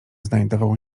znajdował